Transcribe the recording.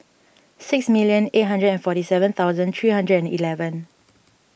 six million eight hundred and forty seven thousand three hundred and eleven